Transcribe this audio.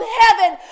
heaven